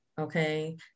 okay